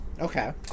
Okay